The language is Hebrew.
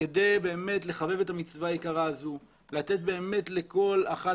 כדי לחבב את המצווה היקרה הזאת ולתת לכל אחת